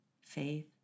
faith